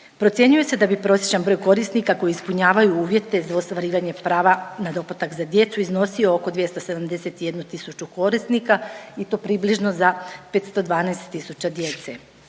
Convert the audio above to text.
Procjenjuje se da bi prosječan broj korisnika koji ispunjavaju uvjete za ostvarivanje prava na doplatak za djecu iznosio oko 271 tisuću korisnika i to približno za 512 tisuća djece.